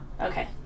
Okay